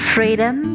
Freedom